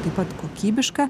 taip pat kokybišką